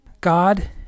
God